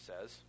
says